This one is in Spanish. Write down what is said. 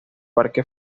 parque